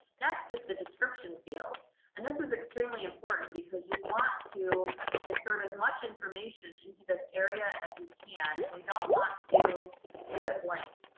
next is the description field and this is extremely important because you want to insert as much information into this area as you can and you don't want to leave it blank.